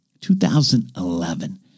2011